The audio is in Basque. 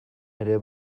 ere